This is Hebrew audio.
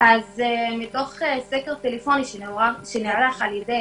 מסקר טלפוני שנערך על-ידי